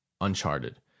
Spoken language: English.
uncharted